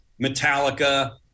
Metallica